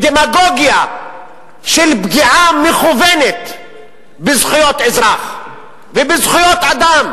ודמגוגיה של פגיעה מכוונת בזכויות אזרח ובזכויות אדם.